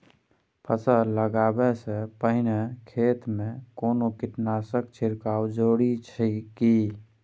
फसल लगबै से पहिने खेत मे कोनो कीटनासक छिरकाव जरूरी अछि की?